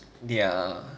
ya